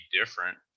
different